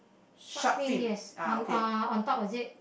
shark fin yes on uh on top is it